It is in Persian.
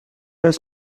است